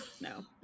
No